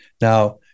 Now